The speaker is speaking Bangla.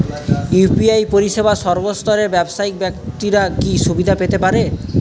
ইউ.পি.আই পরিসেবা সর্বস্তরের ব্যাবসায়িক ব্যাক্তিরা কি সুবিধা পেতে পারে?